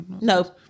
No